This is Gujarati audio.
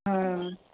હા